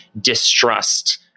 distrust